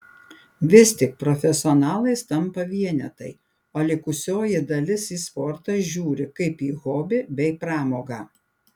vis tik profesionalais tampa vienetai o likusioji dalis į sportą žiūri kaip į hobį bei pramogą